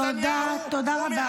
תודה, תודה רבה.